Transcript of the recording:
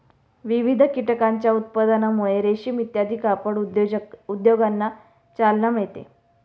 विविध कीटकांच्या उत्पादनामुळे रेशीम इत्यादी कापड उद्योगांना चालना मिळते